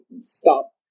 stop